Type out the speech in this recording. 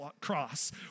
cross